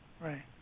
right